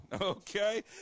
Okay